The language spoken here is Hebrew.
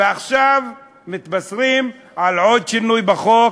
ועכשיו מתבשרים על עוד שינוי בחוק,